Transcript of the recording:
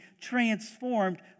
transformed